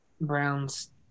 browns